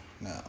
No